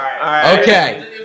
Okay